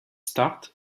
start